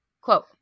Quote